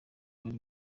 bari